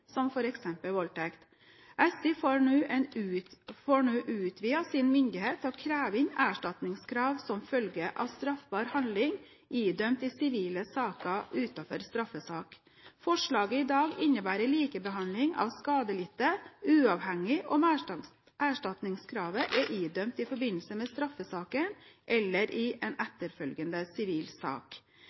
som f.eks. voldtekt. SI får nå utvidet sin myndighet til å reise erstatningskrav som følge av straffbar handling idømt i sivile saker utenfor straffesak. Forslaget i dag innebærer likebehandling av skadelidte uavhengig av om erstatningskravet er idømt i forbindelse med straffesaken eller i en etterfølgende sivil sak.